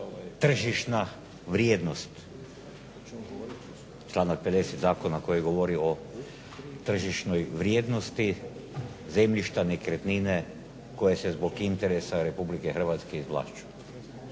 tržišna vrijednost, članaka 50. zakona koji govori o tržišnoj vrijednosti zemljišta nekretnine koje se zbog interesa Republike Hrvatske izvlašćuje.